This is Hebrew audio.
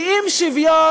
כי אם שוויון